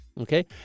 okay